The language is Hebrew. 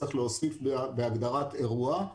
צריך להוסיף בהגדרת אירוע,